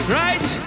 right